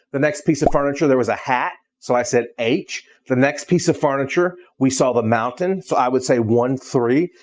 the next piece of furniture there was a hat, so i said h. the next piece of furniture, we saw the mountain, so i would say one, three.